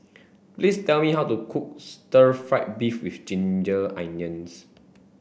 please tell me how to cook stir fry beef with ginger onions